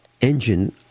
engine